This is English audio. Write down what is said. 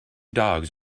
dogs